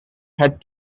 had